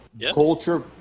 culture